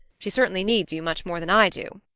she certainly needs you much more than i do.